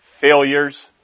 failures